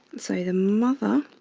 so the mother,